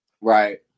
right